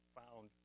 found